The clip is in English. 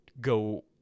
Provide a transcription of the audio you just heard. go